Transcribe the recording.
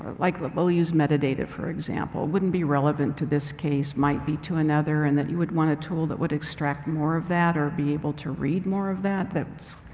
like but use meta-data for example, wouldn't be relevant to this case, might be to another. and that you would want a tool that would extract more of that or be able to read more of that, that's.